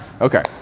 okay